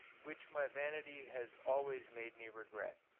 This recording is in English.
which my vanity has always made me regret,